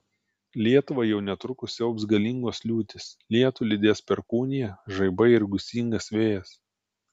lietuvą jau netrukus siaubs galingos liūtys lietų lydės perkūnija žaibai ir gūsingas vėjas